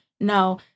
No